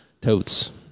Totes